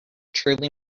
truly